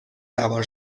سوار